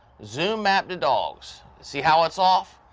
zoom map to dogs. see how it's off?